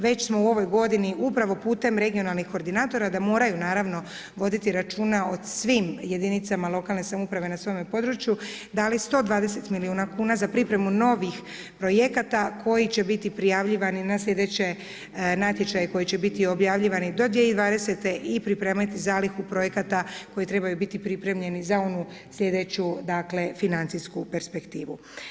Već smo u ovoj godini upravo putem regionalnih koordinatora da moraju naravno voditi računa o svim jedinicama lokalne samouprave na svome području, dali 120 milijuna kuna za pripremu novih projekata koji će biti prijavljivani na sljedeće natječaje koji će biti objavljivani do 2020. i pripremiti zalihu projekata koji trebaju biti pripremljeni za onu sljedeću financijsku perspektivu.